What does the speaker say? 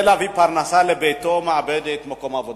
להביא פרנסה לביתו מאבד את מקום עבודתו.